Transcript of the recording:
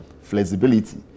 flexibility